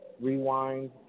rewind